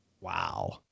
Wow